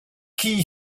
qui